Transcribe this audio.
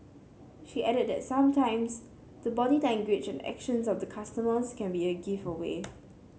she added that sometimes the body language and actions of the customers can be a giveaway